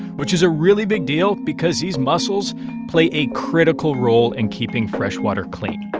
which is a really big deal because these mussels play a critical role in keeping freshwater clean